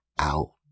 out